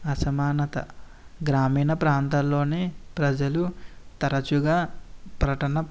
అసమానత గ్రామీణ ప్రాంతాలలో ప్రజలు తరచుగా ప్రట్టణ